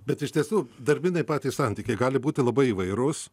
bet iš tiesų darbiniai patys santykiai gali būti labai įvairūs